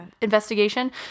investigation